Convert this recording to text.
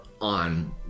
on